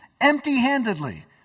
empty-handedly